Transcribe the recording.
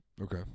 Okay